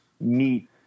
meet